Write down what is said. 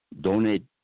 donate